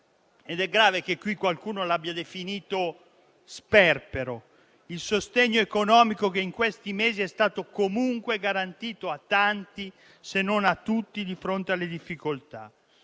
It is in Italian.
- è grave che qui qualcuno l'abbia definito sperpero - che in questi mesi è stato comunque garantito a tanti, se non a tutti, di fronte alle difficoltà.